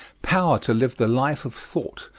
power to live the life of thought,